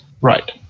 Right